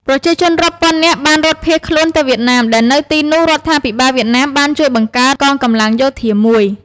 ប្រជាជនរាប់ពាន់នាក់បានរត់ភៀសខ្លួនទៅវៀតណាម ដែលនៅទីនោះ រដ្ឋាភិបាលវៀតណាមបានជួយបង្កើត កងកម្លាំងយោធាមួយ។